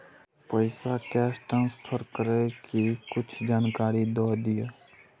पैसा cash transfer करऐ कि कुछ जानकारी द दिअ